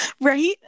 right